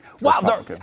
Wow